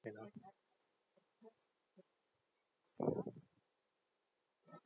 and um